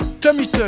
Tommy